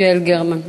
יעל גרמן,